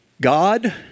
God